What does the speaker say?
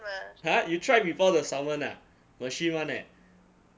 !huh! you tried before the salmon ah machine [one] eh